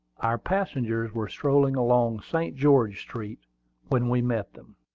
our passengers were strolling along st. george street when we met them.